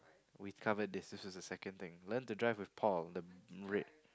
we covered this this is a second thing learn to drive with Paul the rate